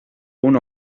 uno